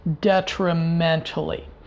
detrimentally